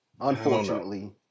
unfortunately